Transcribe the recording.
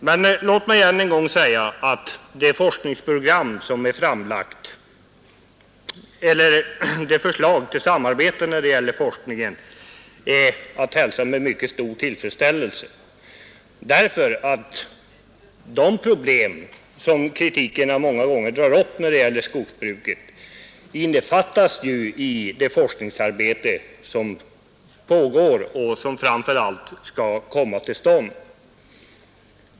Men låt mig än en gång säga att det förslag som framlagts om samarbete när det gäller forskningen är att hälsa med mycket stor tillfredsställelse. Många av de problem som kritikerna drar upp innefattas ju i det forskningsarbete som pågår och framför allt i det som skall komma till stånd.